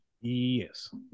Yes